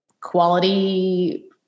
quality